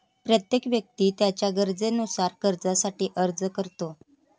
प्रत्येक व्यक्ती त्याच्या गरजेनुसार कर्जासाठी अर्ज करतो